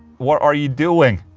what are you doing?